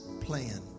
plan